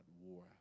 war